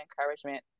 encouragement